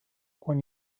quan